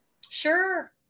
Sure